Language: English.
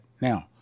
Now